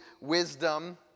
wisdom